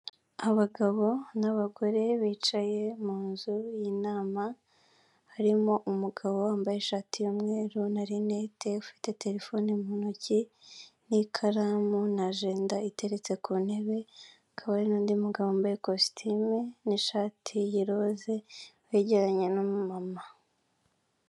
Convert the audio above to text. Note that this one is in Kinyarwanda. Abagabo n'abagore bicaye mu nzu y'inama, harimo umugabo wambaye ishati y'umweru na rinete, ufite telefone mu ntoki, n'ikaramu na jenda iteretse ku ntebe, hakaba hari n'undi mugabo wambaye kositimu n'ishati y'iroze, wegeranye n'umumama.